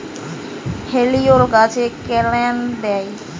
হেলিলিও গাছে ক্যানেল দেয়?